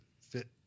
fit